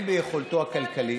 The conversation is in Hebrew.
אין ביכולתו הכלכלית,